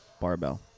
barbell